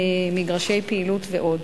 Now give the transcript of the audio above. מגרשי פעילות ועוד.